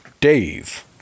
Dave